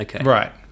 Right